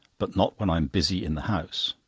but not when i am busy in the house.